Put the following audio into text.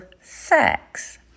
sex